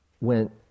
went